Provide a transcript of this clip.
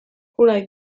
hulaj